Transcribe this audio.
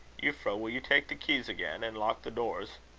euphra, will you take the keys again, and lock the doors?